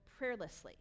prayerlessly